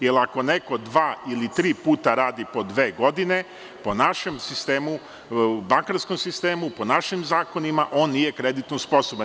Jer, ako neko dva ili tri puta radi po dve godine, po našem bankarskom sistemu, po našim zakonima, on nije kreditno sposoban.